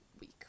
week